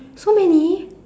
so many